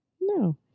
No